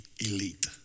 elite